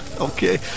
Okay